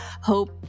hope